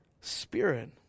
spirit